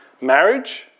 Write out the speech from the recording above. Marriage